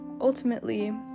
ultimately